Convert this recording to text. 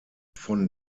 von